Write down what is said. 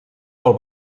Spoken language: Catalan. pel